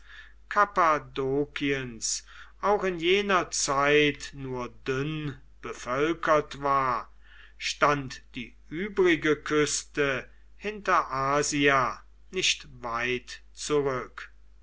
kappadokiens auch in jener zeit nur dünn bevölkert war stand die übrige küste hinter asia nicht weit zurück